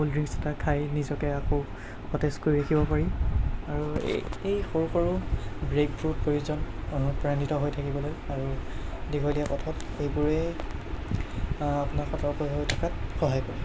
যোৱা কলড্ৰিংকছ এটা খাই নিজকে আকৌ সতেজ কৰি ৰাখিব পাৰি আৰু এই এই সৰু সৰু ব্ৰেকবোৰ প্ৰয়োজন অনুপ্ৰাণিত হৈ থাকিবলৈ আৰু দীঘলীয়া পথত এইবোৰেই আপোনাক সতৰ্ক হৈ থকাত সহায় কৰে